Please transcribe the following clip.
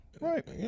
Right